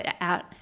out